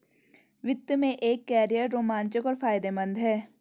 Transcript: वित्त में एक कैरियर रोमांचक और फायदेमंद है